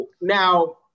Now